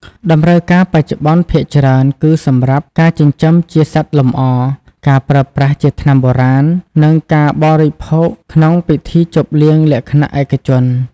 តម្រូវការបច្ចុប្បន្នភាគច្រើនគឺសម្រាប់ ការចិញ្ចឹមជាសត្វលម្អ ការប្រើប្រាស់ជាថ្នាំបុរាណ និង ការបរិភោគក្នុងពិធីជប់លៀងលក្ខណៈឯកជន។